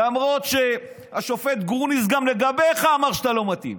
למרות שהשופט גרוניס אמר לגביך שאתה לא מתאים,